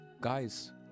guys